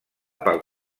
pel